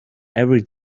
every